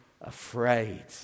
afraid